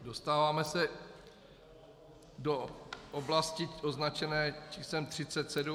Dostáváme se do oblasti označené číslem 37.